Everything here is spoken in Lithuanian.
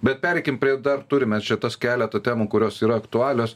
bet pereikim prie dar turime čia tas keletą temų kurios yra aktualios